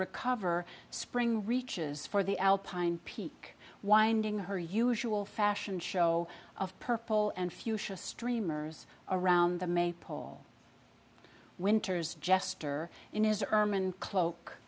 recover spring reaches for the alpine peak winding her usual fashion show of purple and fuchsia streamers around the maypole winter's jester in his ermine cloak